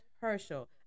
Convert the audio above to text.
Herschel